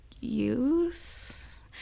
use